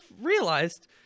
realized